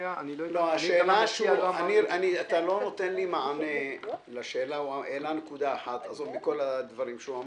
הוא העלה נקודה אחת שאני